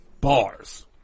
bars